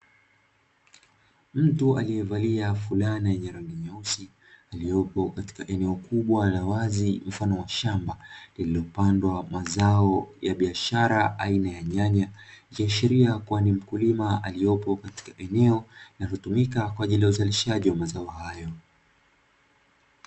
Mtu aliyevalia fulana yenye rangi nyeusi, iliyopo katika eneo kubwa la wazi mfano wa shamba lililopandwa wa mazao ya biashara aina ya nyanya, ikiashiria kuwa ni mkulima aliyopo katika eneo linalotumika kwa ajili ya uzalishaji wa mazao hayo.